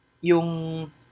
yung